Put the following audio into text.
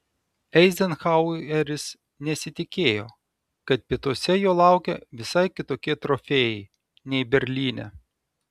eizenhaueris nesitikėjo kad pietuose jo laukia visai kitokie trofėjai nei berlyne